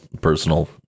personal